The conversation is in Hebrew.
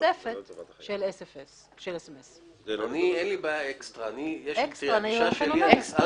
הנוספת של SMS. אין לי בעיה עם האקסטרה וזה ברור.